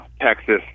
Texas